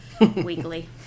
weekly